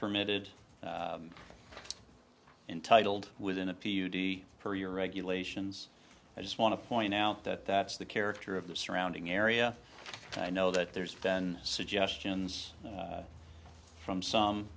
permitted intitled within a p u d per year regulations i just want to point out that that's the character of the surrounding area and i know that there's been suggestions from some